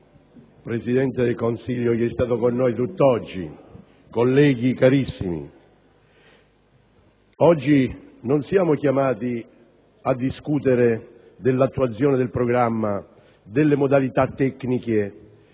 Presidente del Consiglio, che è stato con noi tutt'oggi, signori del Governo, colleghi carissimi, oggi non siamo chiamati a discutere dell'attuazione del programma, delle modalità tecniche